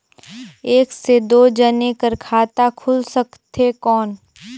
एक से दो जने कर खाता खुल सकथे कौन?